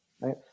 right